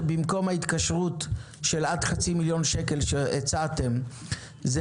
שבמקום ההתקשרות של עד חצי מיליון שקל שהצעתם זה